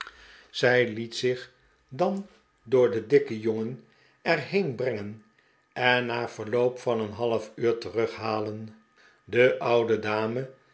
zij liet de pick wick club zich dan door den dikken jongen er heen brengen en na verloop van een half uur terughalen de'oude dame